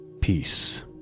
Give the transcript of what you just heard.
Peace